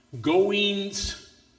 goings